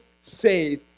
save